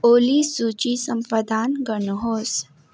ओली सूची सम्पदान गर्नुहोस्